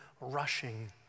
rushing